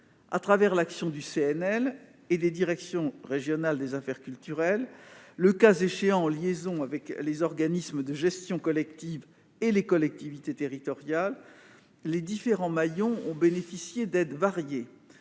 Grâce à l'action du CNL et des directions régionales des affaires culturelles, le cas échéant en liaison avec les organismes de gestion collective et les collectivités territoriales, les différents maillons ont bénéficié d'aides variées.